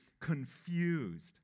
confused